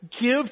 give